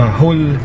whole